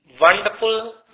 wonderful